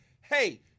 hey